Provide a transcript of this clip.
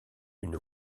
une